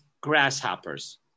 grasshoppers